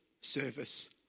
service